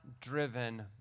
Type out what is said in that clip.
driven